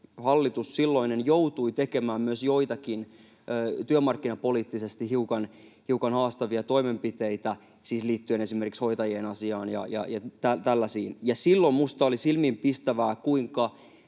hallitus joutui tekemään myös joitakin työmarkkinapoliittisesti hiukan haastavia toimenpiteitä liittyen siis esimerkiksi hoitajien asiaan ja tällaisiin. Silloin minusta oli silmiinpistävää, kuinka